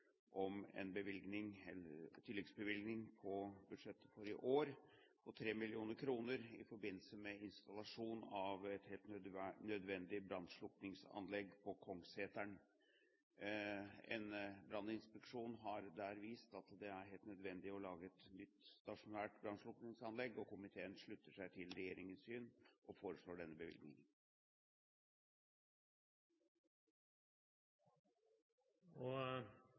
om en tilleggsbevilgning på budsjettet for i år på 3 mill. kr i forbindelse med installasjon av et helt nødvendig brannslukningsanlegg på Kongsseteren. En branninspeksjon der har vist at det er helt nødvendig å lage et nytt stasjonært brannslukningsanlegg, og komiteen slutter seg til regjeringens syn når det gjelder denne